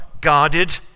guarded